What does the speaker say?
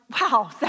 wow